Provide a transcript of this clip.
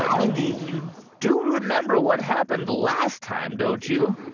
mindy, you do remember what happened last time, don't you?